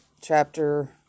chapter